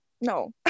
No